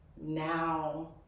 now